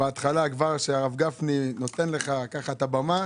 שכבר בהתחלה הרב גפני נותן לך ככה את הבמה.